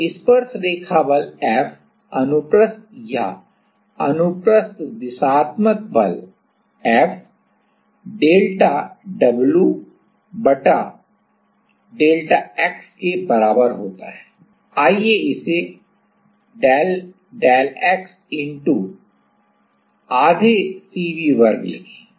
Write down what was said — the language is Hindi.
तो स्पर्शरेखा बल F अनुप्रस्थ या अनुप्रस्थ दिशात्मक बल F अनुप्रस्थ डेल्टा w बटा डेल्टा x के बराबर होता है आइए इसे del del x into आधे CV वर्ग लिखें